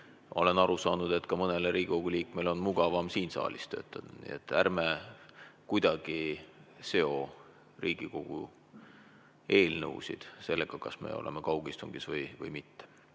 Olen aru saanud, et mõnel Riigikogu liikmel on mugavam ka siin saalis töötada. Nii et ärme kuidagi seome Riigikogu eelnõusid sellega, kas me oleme kaugistungil või mitte.